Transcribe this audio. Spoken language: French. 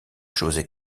josé